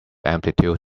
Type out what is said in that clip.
amplitude